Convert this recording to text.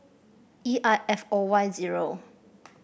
E I F O Y zero